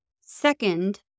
Second